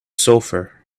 sulfur